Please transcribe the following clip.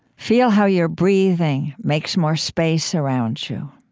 feel how your breathing makes more space around you.